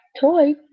toy